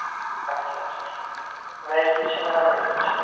اَچھا اَچھا ٹھیٖک ویٚج تہِ چھِ نان وٮ۪ج تہِ چھَ